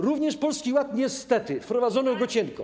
Również Polski Ład niestety wprowadzono cienko.